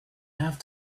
have